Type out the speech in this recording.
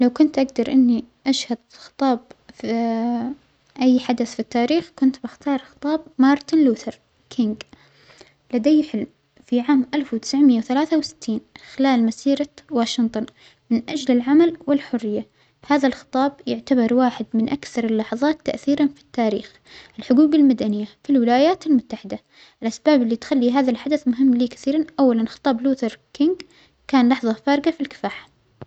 لو كنت أجدر إنى أشهد خطاب ف-أى حدث في التاريخ كنت بختار خطاب مارتن لوثر كينغ، لديه حلم في عام ألف وتسعماية وثلاثة وستين في خلال مسيرة واشنطن من أجل العمل والحرية، هذا الخطاب يعتبر واحد من أكثر اللحظات تأثيراً في التاريخ الحجوج المدنية في الولايات المتحدة، الأسباب اللى تخلى هذا الحدث مهم لى كثيرا، أولا خطاب لوثر كينج كان لحظة فارجة في الكفاح.